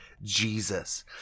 Jesus